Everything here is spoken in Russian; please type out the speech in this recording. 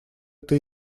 это